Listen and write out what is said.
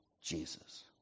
Jesus